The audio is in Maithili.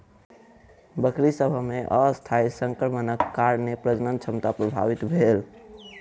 बकरी सभ मे अस्थायी संक्रमणक कारणेँ प्रजनन क्षमता प्रभावित भेल